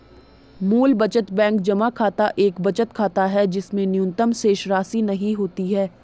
मूल बचत बैंक जमा खाता एक बचत खाता है जिसमें न्यूनतम शेषराशि नहीं होती है